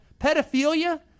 pedophilia